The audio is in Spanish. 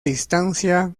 distancia